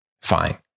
Fine